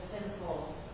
sinful